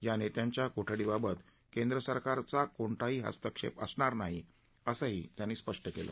या नेत्यांच्या कोठडीबाबत केंद्र सरकारचा कोणताही हस्तक्षेप नाही असं त्यांनी स्पष्ट केलं